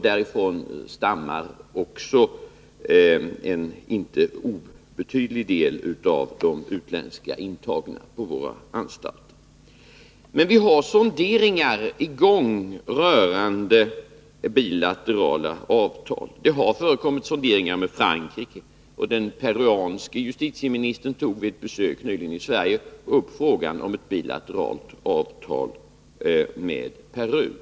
Därifrån stammar en inte obetydlig del 15 mars 1982 av de utländska intagna på våra anstalter. —— Vi har emellertid sonderingar i gång rörande bilaterala avtal. Det har Om avtal rörande förekommit sonderingar med Frankrike, och den peruanske justitieminisavtjänande av tern tog vid ett besök nyligen i Sverige upp frågan om ett bilateralt avtal med fängelsestraff i Peru.